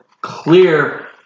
clear